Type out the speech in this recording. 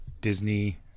disney